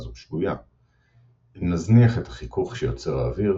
זו שגויה אם נזניח את החיכוך שיוצר האוויר,